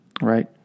right